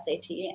SAT